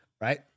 Right